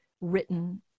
written